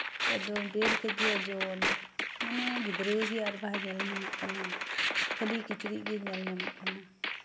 ᱮᱠᱫᱚᱢ ᱰᱮᱲ ᱠᱮᱡᱤ ᱳᱡᱚᱱ ᱢᱟᱱᱮ ᱜᱤᱫᱽᱨᱟᱹ ᱜᱮ ᱟᱨ ᱵᱟᱭ ᱧᱮᱞ ᱧᱟᱢᱚᱜ ᱠᱟᱱᱟ ᱠᱷᱟᱹᱞᱤ ᱠᱤᱪᱨᱤᱡ ᱜᱮ ᱧᱮᱞ ᱧᱟᱢᱚᱜ ᱠᱟᱱᱟ